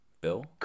Bill